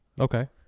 okay